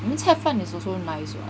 but then 菜饭 is also nice [what]